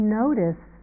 notice